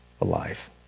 alive